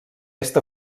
est